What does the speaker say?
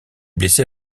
blessé